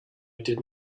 did